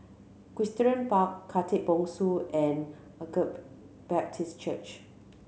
Equestrian Khatib Bongsu and Agape Baptist Church